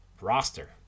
roster